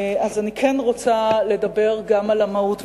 אני כן רוצה לדבר גם על המהות והתוכן.